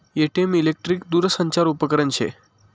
ATM electric दूरसंचार उपकरन शे